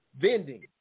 vending